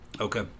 Okay